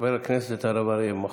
חבר הכנסת הרב אריה דרעי,